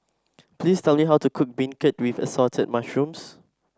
please tell me how to cook beancurd with Assorted Mushrooms